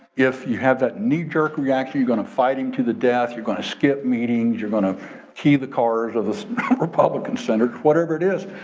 if you have that knee jerk reaction, you're gonna fight him to the death, you're gonna skip meetings, you're gonna key the cars of this republican center, whatever it is.